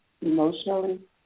emotionally